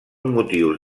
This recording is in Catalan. motius